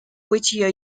whittier